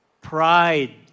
Pride